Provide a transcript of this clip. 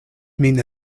min